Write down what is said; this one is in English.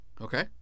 Okay